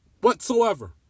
whatsoever